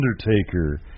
Undertaker